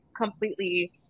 completely